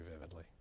vividly